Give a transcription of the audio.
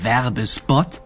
Werbespot